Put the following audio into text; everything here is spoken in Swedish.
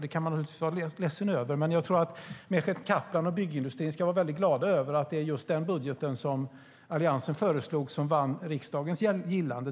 Det kan man naturligtvis vara ledsen över, men jag tror att Mehmet Kaplan och byggindustrin ska vara väldigt glada över att det är just den budget Alliansen föreslog som vann riksdagens gillande.